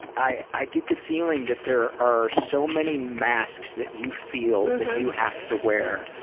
i i get the feeling that there are so many masks that you feel that you have to wear,